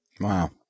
Wow